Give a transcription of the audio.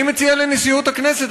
אני מציע לנשיאות הכנסת,